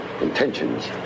intentions